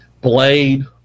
Blade